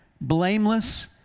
blameless